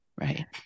Right